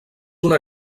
una